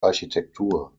architektur